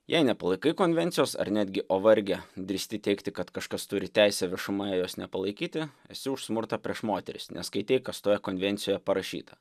jei nepalaikai konvencijos ar netgi o varge drįsti teigti kad kažkas turi teisę viešumoje jos nepalaikyti esi už smurtą prieš moteris neskaitei kas toje konvencijoje parašyta